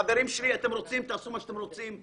חברים שלי, אתם רוצים, תעשו מה שאתם רוצים.